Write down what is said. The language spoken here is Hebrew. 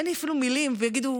אין לי אפילו מילים, ויגידו: